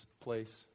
place